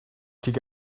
could